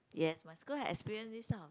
yes my school have experience this lah